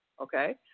okay